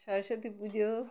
Saraswati Puja